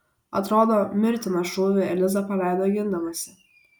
atrodo mirtiną šūvį eliza paleido gindamasi